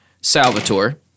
Salvatore